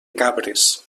cabres